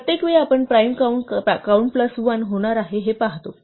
प्रत्येक वेळी आपण प्राइम काउंट काउंट प्लस 1 होणार आहे हे पाहतो